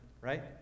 right